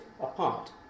apart